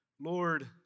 Lord